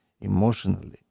emotionally